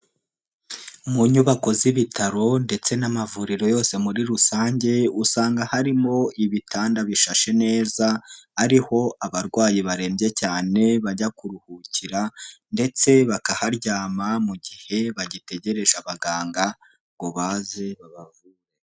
Mu nyubako z'ibitaro ndetse n'amavuriro yose muri rusange, usanga harimo ibitanda bishashe neza, ariho abarwayi barembye cyane bajya kuruhukira ndetse bakaharyama mu gihe bagitegereje abaganga ngo baze, babavuge.